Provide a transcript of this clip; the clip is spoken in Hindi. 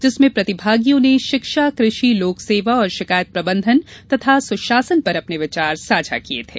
जिसमें प्रतिभागियों ने शिक्षा कृषि लोकसेवा और शिकायत प्रबंधन तथा सुशासन पर अपने विचार साझा किये थे